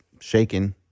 shaking